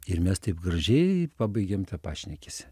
ir mes taip gražiai pabaigėm tą pašnekesį